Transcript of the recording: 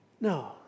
No